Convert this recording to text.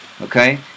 Okay